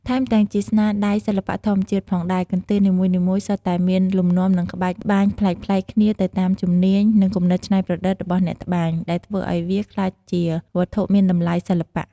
ថែមទាំង ជាស្នាដៃសិល្បៈធម្មជាតិផងដែរ កន្ទេលនីមួយៗសុទ្ធតែមានលំនាំ និងក្បាច់ត្បាញប្លែកៗគ្នាទៅតាមជំនាញ និងគំនិតច្នៃប្រឌិតរបស់អ្នកត្បាញ ដែលធ្វើឲ្យវាក្លាយជាវត្ថុមានតម្លៃសិល្បៈ។